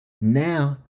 now